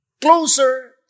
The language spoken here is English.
closer